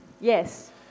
Yes